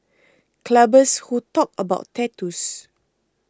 clubbers who talk about tattoos